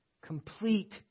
complete